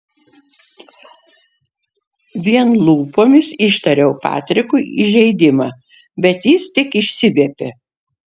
vien lūpomis ištariau patrikui įžeidimą bet jis tik išsiviepė